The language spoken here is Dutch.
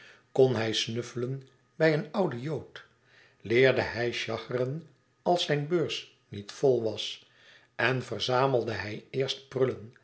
kon hij snuffelen bij een ouden jood leerde hij schacheren als zijn beurs niet vol was en verzamelde hij eerst